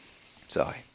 Sorry